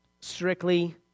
strictly